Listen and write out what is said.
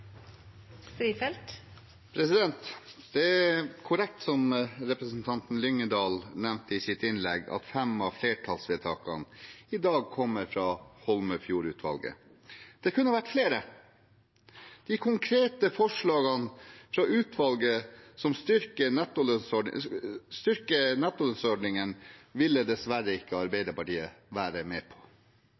korrekt, som representanten Lyngedal nevnte i sitt innlegg, at fem av flertallsvedtakene i dag kommer fra Holmefjord-utvalget. Det kunne ha vært flere. De konkrete forslagene fra utvalget som styrker nettolønnsordningen, ville dessverre ikke Arbeiderpartiet være med på.